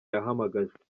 yahamagajwe